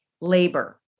labor